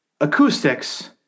acoustics